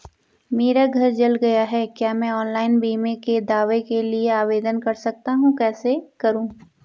मेरा घर जल गया है क्या मैं ऑनलाइन बीमे के दावे के लिए आवेदन कर सकता हूँ कैसे करूँ?